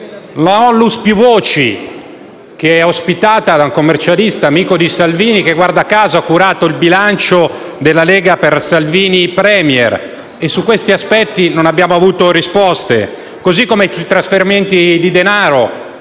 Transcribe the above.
la ONLUS Più voci, che è ospitata da un commercialista amico di Salvini che, guarda caso, ha curato il bilancio della Lega per Salvini Premier. Su questi aspetti non abbiamo avuto risposte, così come sui trasferimenti di denaro